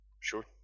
Sure